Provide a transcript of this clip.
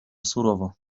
surowo